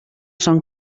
són